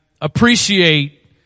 appreciate